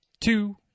two